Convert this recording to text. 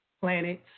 planets